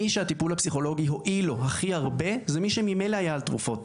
מי שהטיפול הפסיכולוגי הועיל לו הכי הרבה זה מי שממילא היה על תרופות.